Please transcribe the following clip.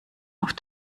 auf